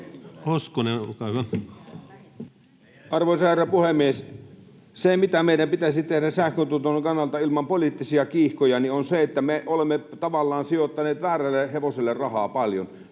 Arvoisa herra puhemies! Se, mitä meidän pitäisi tehdä sähköntuotannon kannalta ilman poliittisia kiihkoja, on se, että tunnustamme, että me olemme tavallaan sijoittaneet väärälle hevoselle rahaa paljon